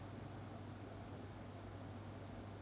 okay